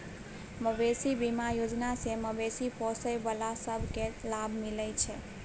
मबेशी बीमा योजना सँ मबेशी पोसय बला सब केँ लाभ मिलइ छै